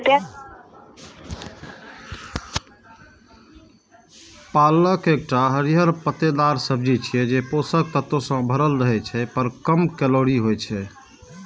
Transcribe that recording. पालक एकटा हरियर पत्तेदार सब्जी छियै, जे पोषक तत्व सं भरल रहै छै, पर कम कैलोरी होइ छै